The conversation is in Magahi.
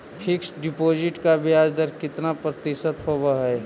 फिक्स डिपॉजिट का ब्याज दर कितना प्रतिशत होब है?